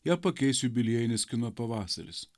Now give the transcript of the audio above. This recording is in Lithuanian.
ją pakeis jubiliejinis kino pavasaris